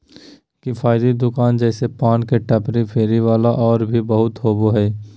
किफ़ायती दुकान जैसे पान के टपरी, फेरी वाला और भी बहुत होबा हइ